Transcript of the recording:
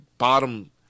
Bottom